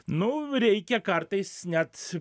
nu reikia kartais net